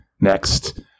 next